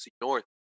North